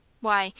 why,